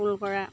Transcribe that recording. ফুল কৰা